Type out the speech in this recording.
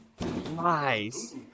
Nice